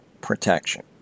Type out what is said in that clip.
protection